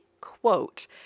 quote